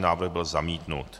Návrh byl zamítnut.